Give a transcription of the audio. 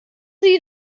sie